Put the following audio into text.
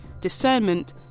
discernment